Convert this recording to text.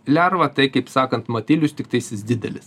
lerva tai kaip sakant matilius tiktais jis didelis